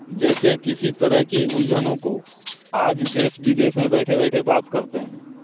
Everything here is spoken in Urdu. جیسے کسی طرح کی الجھنوں کو آج دیس بدیس میں بیٹھے بیٹھے بات کرتے ہیں